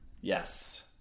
yes